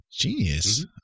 genius